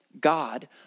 God